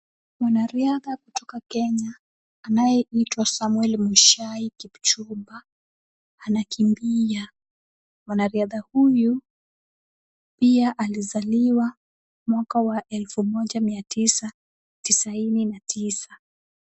Mwanariadha kutoka Kenya anayeitwa Samwel Mshai Kipchumba anakimbia, nwanariadha huyu pia alizaliwa mwaka wa 1999.